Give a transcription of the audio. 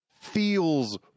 feels